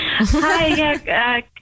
Hi